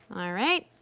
alright,